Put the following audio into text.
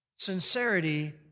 Sincerity